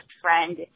friend